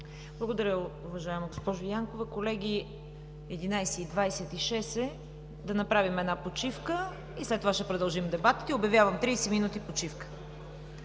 Благодаря, уважаема госпожо Янкова. Колеги, 11,26 ч. е, да направим една почивка и след това ще продължим дебатите. Обявявам 30 минути почивка.